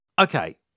okay